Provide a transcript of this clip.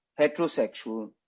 heterosexual